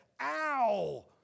Ow